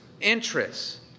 interests